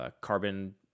carbon